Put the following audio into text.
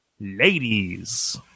ladies